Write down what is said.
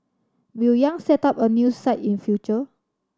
Will Yang set up a new site in future